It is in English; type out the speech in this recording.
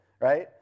right